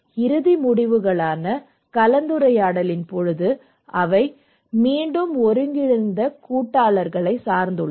இறுதி முடிவுகளான கலந்துரையாடலின் போது அவை மீண்டும் ஒருங்கிணைந்த குழு கூட்டாளர்களை சார்ந்துள்ளது